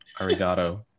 Arigato